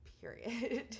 period